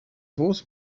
towards